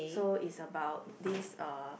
so ist' about this uh